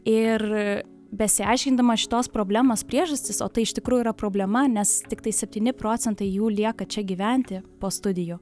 ir besiaiškindama šitos problemos priežastis o tai iš tikrųjų yra problema nes tiktai septyni procentai jų lieka čia gyventi po studijų